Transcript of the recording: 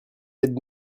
aide